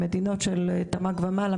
עם מדינות של תמ״ג ומעלה,